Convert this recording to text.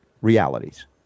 realities